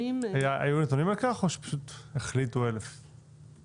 היו נתונים על כך או שפשוט החליטו על 1,000 שקלים?